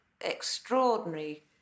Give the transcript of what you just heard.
extraordinary